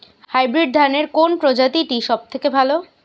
Hybrid ধানের কোন প্রজীতিটি সবথেকে ভালো?